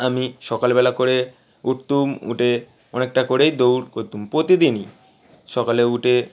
আমি সকাল বেলা করে উঠতাম উঠে অনেকটা করেই দৌড় করতাম প্রতিদিনই সকালে উঠে